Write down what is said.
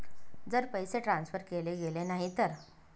जर पैसे ट्रान्सफर केले गेले नाही तर?